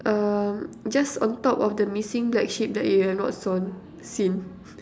um just on top of the missing black sheep that you have not sawn seen